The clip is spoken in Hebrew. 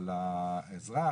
אבל האזרח,